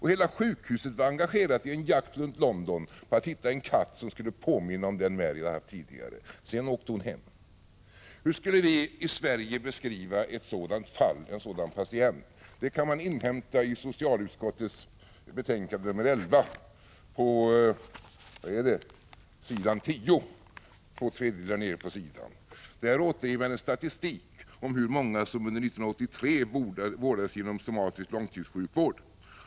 Hela sjukhuset var engagerat i en jakt runt London för att hitta en katt som skulle påminna om den Mary hade haft tidigare. Därefter åkte hon hem. Hur skulle vi i Sverige beskriva ett sådant fall, en sådan patient? Svaret kan man inhämta på s. 10 i socialutskottets betänkande nr 11. Två tredjedelar ned på denna sida återger man en statistik över hur många som under 1983 vårdades inom somatisk långtidssjukvård.